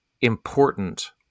important